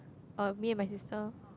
oh me and my sister